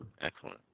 Excellent